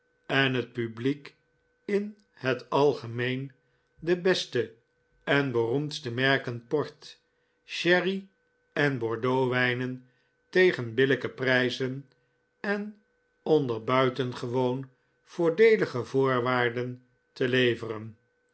en het publiek in het algemeen de beste en beroemdste merken port sherry en bordeauxwijnen tegen billijke prijzen en onder buitengewoon voordeelige voorwaarden te leveren